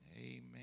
Amen